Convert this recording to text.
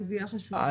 זו סוגיה חשובה.